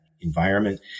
environment